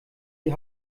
die